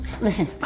Listen